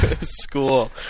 School